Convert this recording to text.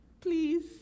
please